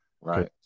Right